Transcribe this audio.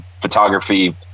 photography